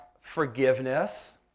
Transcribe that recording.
forgiveness